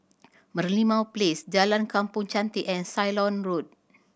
Merlimau Place Jalan Kampong Chantek and Ceylon Road